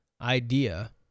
idea